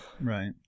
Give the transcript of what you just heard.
right